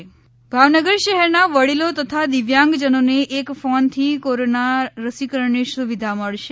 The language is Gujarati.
ભાવનગર રસીકરણ ભાવનગર શહેરના વડીલો તથા દિવ્યાંગ જનોને એક ફોનથી કોરોના રસીકરણની સુવિધા મળશે